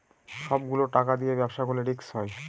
সব গুলো টাকা দিয়ে ব্যবসা করলে রিস্ক হয়